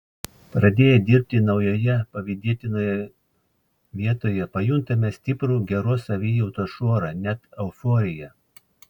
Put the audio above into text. pradėję dirbti naujoje pavydėtinoje vietoje pajuntame stiprų geros savijautos šuorą net euforiją